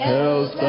Hell's